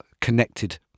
connected